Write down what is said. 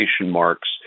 marks